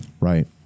Right